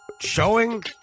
showing